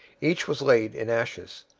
each was laid in ashes.